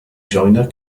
joyner